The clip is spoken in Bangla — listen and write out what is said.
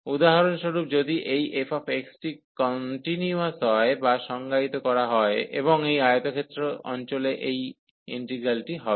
উদাহরণস্বরূপ যদি এই fxy টি কন্টিনিউয়াস হয় বা সংজ্ঞায়িত করা হয় এবং এই আয়তক্ষেত্র অঞ্চলে এই ইন্টিগ্রালটি হবে